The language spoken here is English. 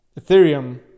Ethereum